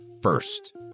first